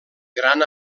gran